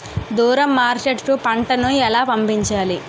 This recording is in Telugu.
దూరం మార్కెట్ కు పంట ను ఎలా పంపించాలి?